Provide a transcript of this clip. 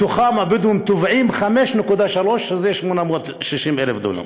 מתוכם הבדואים תובעים 5.3%, שזה 860,000 דונם.